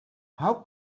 how